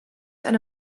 eine